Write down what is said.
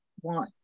want